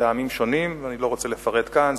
מטעמים שונים, ואני לא רוצה לפרט כאן.